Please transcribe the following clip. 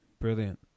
brilliant